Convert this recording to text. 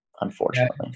unfortunately